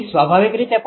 952 જે પણ આવે તે